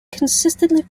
consistently